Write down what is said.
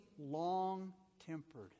long-tempered